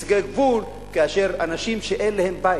מסיגי גבול, כאשר הם אנשים שאין להם בית.